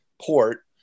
port